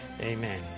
Amen